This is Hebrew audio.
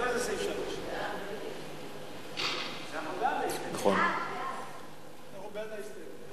אחר כך סעיף 3. ההסתייגות של שר הרווחה